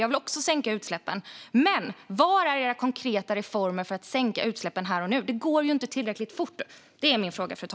Jag vill också sänka utsläppen. Men var är era konkreta reformer för att sänka utsläppen här och nu? Det går ju inte tillräckligt fort.